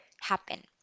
happen